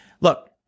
Look